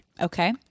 Okay